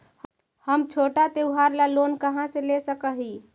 हम छोटा त्योहार ला लोन कहाँ से ले सक ही?